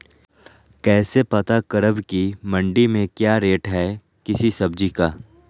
कैसे पता करब की मंडी में क्या रेट है किसी सब्जी का?